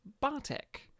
Bartek